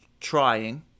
trying